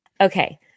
Okay